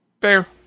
Fair